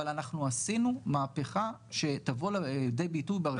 אבל אנחנו עשינו מהפכה שתבוא לידי ביטוי ברפורמה הזאת.